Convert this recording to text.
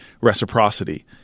reciprocity